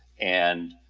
and